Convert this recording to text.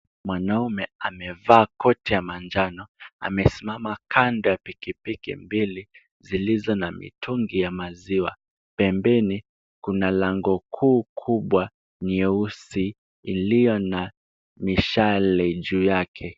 Mwanaume amevaa koti ya manjano amesimama kando ya pikipiki mbili zilizo na mitungi ya maziwa. Pembeni kuna lango kuu kubwa nyeusi iliyo na mishale juu yake.